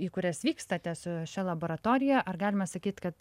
į kurias vykstate su šia laboratorija ar galima sakyt kad